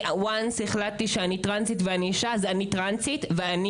אם החלטתי שאני טרנסית ואני אישה אז אני טרנסית ואני